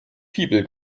fibel